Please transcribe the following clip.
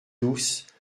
douce